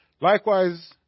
Likewise